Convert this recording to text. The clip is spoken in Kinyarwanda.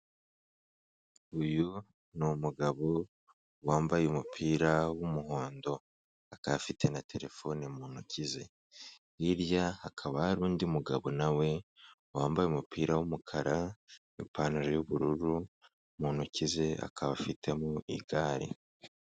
Uyu ni umugabo wambaye umupira w'umuhondo, akaba afite na terefone mu ntoki ze; hirya hakaba hari undi mugabo nawe wambaye umupira w'umukara n'ipantaro y'ubururu, mu ntoki ze akaba afitemo igare.